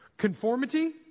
Conformity